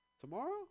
Tomorrow